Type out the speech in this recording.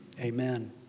amen